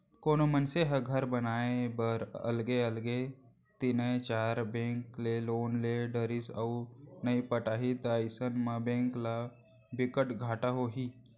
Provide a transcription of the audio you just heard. कोनो मनसे ह घर बनाए बर अलगे अलगे तीनए चार बेंक ले लोन ले डरिस अउ नइ पटाही त अइसन म बेंक ल बिकट घाटा होही